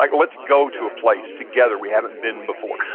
like let's go to a place together we haven't been before.